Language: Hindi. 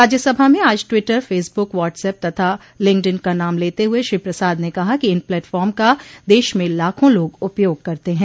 राज्यसभा में आज ट्वीटर फेसब्रक व्हाट्सएप तथा लिंक्डइन का नाम लेते हुए श्री प्रसाद ने कहा कि इन प्लेटफार्म का देश में लाखों लोग उपयोग करते हैं